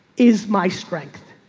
is my strength,